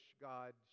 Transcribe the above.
God